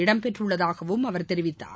இடம் பெற்றுள்ளதாகவும் அவர் தெரிவித்தார்